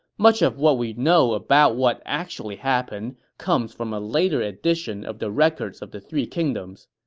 much of what we know about what actually happened comes from a later edition of the records of the three kingdoms.